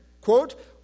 quote